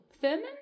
Thurman